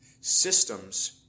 Systems